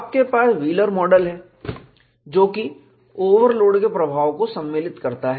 आपके पास wheeler model है जो कि ओवरलोड के प्रभाव को सम्मिलित करता है